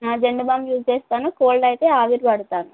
Zandu balm use చేస్తాను cold అయితే ఆవిరి పడుతాను